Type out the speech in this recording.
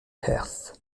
heath